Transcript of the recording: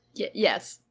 yeah yes.